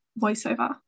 voiceover